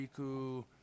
Riku